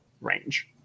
range